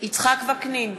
יצחק וקנין,